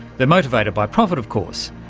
they're motivated by profit, of course,